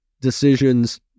decisions